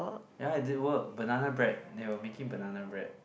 ya it did work banana bread they were making banana bread